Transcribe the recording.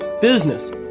business